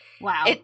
Wow